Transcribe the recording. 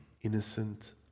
innocent